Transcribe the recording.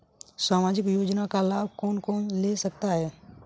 सामाजिक योजना का लाभ कौन कौन ले सकता है?